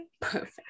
perfect